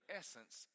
essence